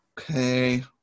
Okay